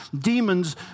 demons